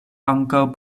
ankaŭ